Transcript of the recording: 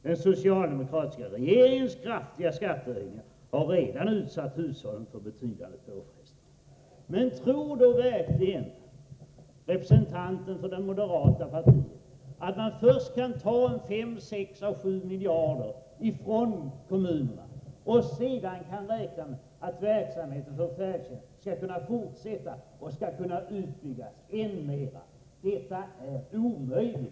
Den socialdemokratiska regeringens kraftiga skattehöjningar har redan utsatt hushållen för betydande påfrestningar.” Men tror då verkligen representanten för moderata samlingspartiet att man först kan ta 5, 6 eller 7 miljarder från kommunerna och sedan räkna med att färdtjänstverksamheten kan fortsätta och utbyggas? Detta är omöjligt.